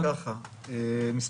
אני אתייחס.